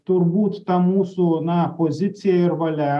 turbūt ta mūsų na pozicija ir valia